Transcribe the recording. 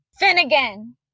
Finnegan